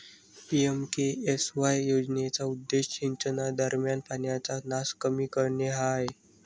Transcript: PMKSY योजनेचा उद्देश सिंचनादरम्यान पाण्याचा नास कमी करणे हा आहे